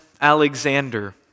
Alexander